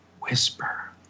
whisper